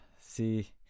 See